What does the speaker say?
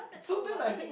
so then I think